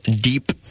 deep